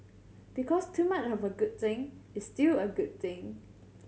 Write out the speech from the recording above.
because too much have a good thing is still a good thing